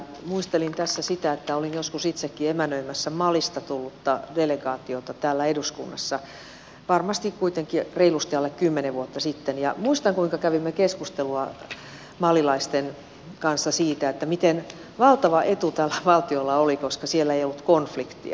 muistelin tässä sitä että olin joskus itsekin emännöimässä malista tullutta delegaatiota täällä eduskunnassa varmasti kuitenkin reilusti alle kymmenen vuotta sitten ja muistan kuinka kävimme keskustelua malilaisten kanssa siitä miten valtava etu tällä valtiolla oli se että siellä ei ollut konfliktia